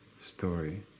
story